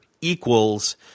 equals